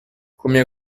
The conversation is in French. combien